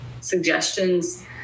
suggestions